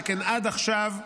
שכן עד עכשיו,